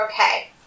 Okay